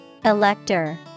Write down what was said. Elector